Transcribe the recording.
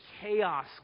chaos